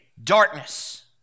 Darkness